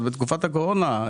עוד בתקופת הקורונה,